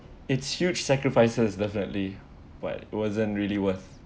it's huge sacrifices definitely but it wasn't really worth